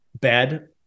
bad